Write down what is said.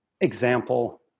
example